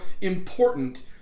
important